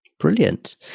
Brilliant